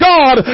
God